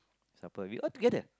supper we all together